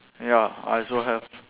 ya I also have